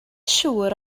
siŵr